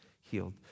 healed